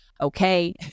Okay